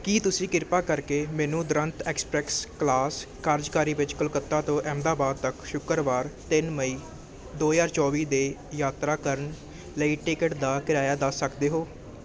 ਕੀ ਤੁਸੀਂ ਕਿਰਪਾ ਕਰਕੇ ਮੈਨੂੰ ਦੁਰੰਤੋ ਐਕਸਪ੍ਰੈਸ ਕਲਾਸ ਕਾਰਜਕਾਰੀ ਵਿੱਚ ਕੋਲਕਾਤਾ ਤੋਂ ਅਹਿਮਦਾਬਾਦ ਤੱਕ ਸ਼ੁੱਕਰਵਾਰ ਤਿੰਨ ਮਈ ਦੋ ਹਜ਼ਾਰ ਚੌਵੀ 'ਤੇ ਯਾਤਰਾ ਕਰਨ ਲਈ ਟਿਕਟ ਦਾ ਕਿਰਾਇਆ ਦੱਸ ਸਕਦੇ ਹੋ